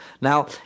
Now